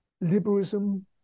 liberalism